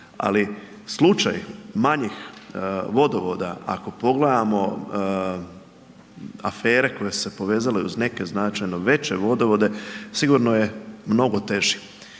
Ali slučaj manjih vodovoda, ako pogledamo afere koje su se povezale uz neke značajno veće vodovode, sigurno je mnogo teži.